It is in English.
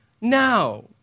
now